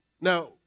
Now